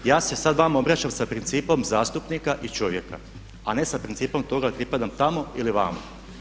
Ja se sada vama obraćam sa principom zastupnika i čovjeka a ne sa principom toga pripadam li tamo ili vamo.